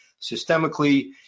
systemically